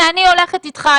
אני הולכת איתך,